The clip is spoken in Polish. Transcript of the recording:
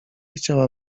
chciała